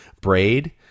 braid